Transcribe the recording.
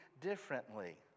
differently